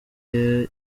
yaba